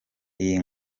iyi